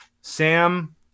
Sam